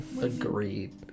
Agreed